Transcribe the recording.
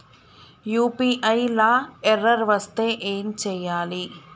UPI లా error వస్తే ఏం చేయాలి?